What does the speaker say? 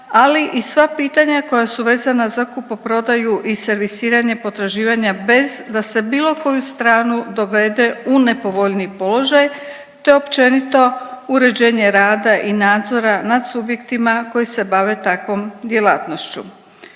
ali i sa pitanja koja su vezana za kupoprodaju i servisiranje potraživanja bez da se bilo koju stranu dovede u nepovoljniji položaj. To je općenito uređenje rada i nadzora nad subjektima koji se bave takvom djelatnošću.